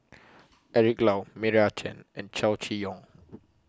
Eric Low Meira Chand and Chow Chee Yong